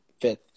fifth